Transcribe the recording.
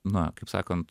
na kaip sakant